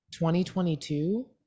2022